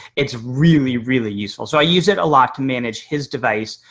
it's really, really useful. so i use it a lot to manage his device.